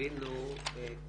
הבינו את